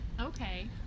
Okay